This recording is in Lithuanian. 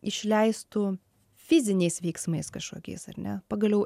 išleistų fiziniais veiksmais kažkokiais ar ne pagaliau